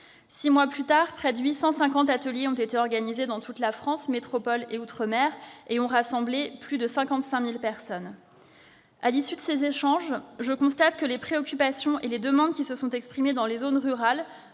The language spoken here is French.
six mois, près de 850 ateliers ont été organisés dans toute la France- métropole et outre-mer -et ont rassemblé plus de 55 000 personnes. À l'issue de ces échanges, je constate que les préoccupations et les demandes qui se sont exprimées dans les zones rurales